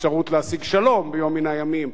האפשרות להשיג שלום ביום מן הימים,